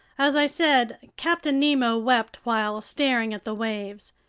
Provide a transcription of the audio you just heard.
as i said, captain nemo wept while staring at the waves.